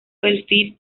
perfil